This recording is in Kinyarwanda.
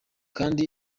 kandi